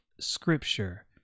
scripture